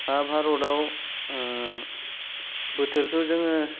सा भारताव ओ बोथोरखो जोङो